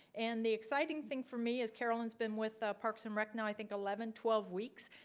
and the exciting thing for me is carolyn's been with parks and rec now i think eleven, twelve weeks,